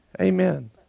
Amen